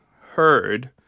heard